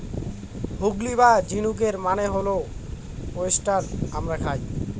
গুগলি বা ঝিনুকের মানে হল ওয়েস্টার আমরা খাই